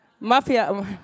Mafia